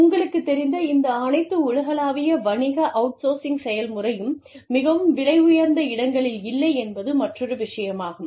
உங்களுக்குத் தெரிந்த இந்த அனைத்து உலகளாவிய வணிக அவுட்சோர்சிங் செயல்முறையும் மிகவும் விலை உயர்ந்த இடங்களில் இல்லை என்பது மற்றொரு விஷயமாகும்